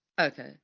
Okay